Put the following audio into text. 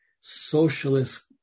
socialist